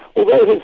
although his